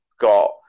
got